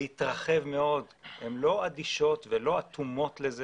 הן לא אדישות ולא אטומות לזה